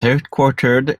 headquartered